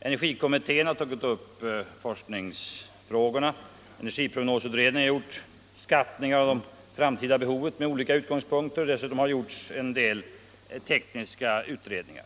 Energikommittén har tagit upp forskningsfrågorna. Energiprognosutredningen har gjort skattningar av det framtida energibehovet med olika utgångspunkter. Dessutom har det gjorts en del tekniska utredningar.